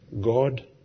God